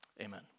Amen